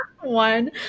One